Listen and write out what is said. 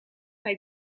hij